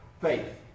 faith